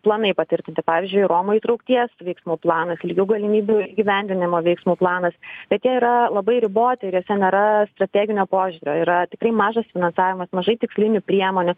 planai patvirtinti pavyzdžiui romų įtraukties veiksmų planas lygių galimybių įgyvendinimo veiksmų planas bet jie yra labai riboti ir juose nėra strateginio požiūrio yra tikrai mažas finansavimas mažai tikslinių priemonių